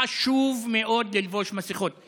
חשוב מאוד ללבוש מסכות.